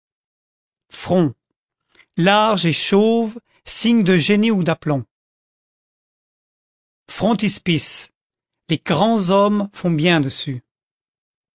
front large et chauve signe de génie ou d'aplomb frontispice les grands hommes font bien dessus